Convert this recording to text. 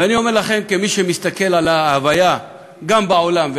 ואני אומר לכם, כמי שמסתכל על ההוויה גם בעולם,